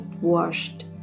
washed